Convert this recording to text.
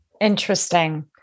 Interesting